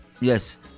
Yes